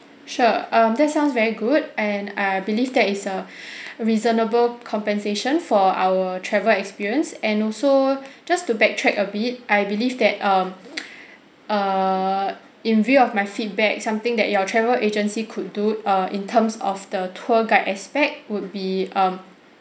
sure um that sounds very good and I believe that is a reasonable compensation for our travel experience and also just to backtrack a bit I believe that um err in view of my feedback something that your travel agency could do err in terms of the tour guide aspect would be um